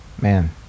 Man